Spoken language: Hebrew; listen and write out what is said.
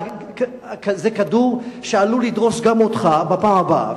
זה כדור שעלול לדרוס גם אותך בפעם הבאה.